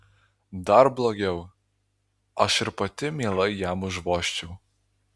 dar blogiau aš ir pati mielai jam užvožčiau